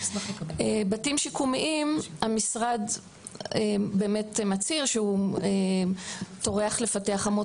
בתים שיקומיים המשרד באמת מצהיר שהוא טורח לפתח אמות